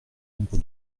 nombre